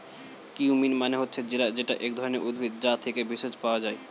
cumin মানে হচ্ছে জিরা যেটা এক ধরণের উদ্ভিদ, যা থেকে ভেষজ পাওয়া যায়